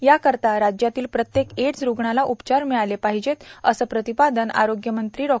याकरिता राज्यातील प्रत्येक एड्स रुग्णाला उपचार मिळाले पाहिजेत असे प्रतिपादन आरोग्यमंत्री डॉ